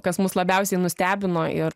kas mus labiausiai nustebino ir